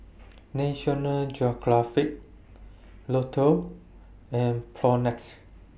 National Geographic Lotto and Propnex